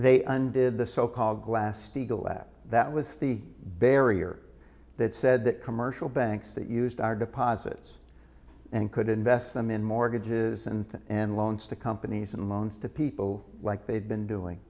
they undid the so called glass steagall that that was the barrier that said that commercial banks that used our deposits and could invest them in mortgages and and loans to companies and loans to people like they'd been doing